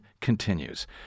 continues